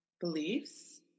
beliefs